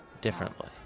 differently